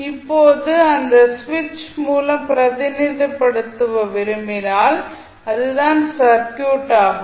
இப்போது அதை சுவிட்ச் மூலம் பிரதிநிதித்துவப்படுத்த விரும்பினால் அது தான் சர்க்யூட் ஆகும்